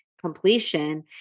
completion